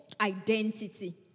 identity